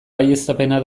baieztapena